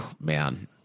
man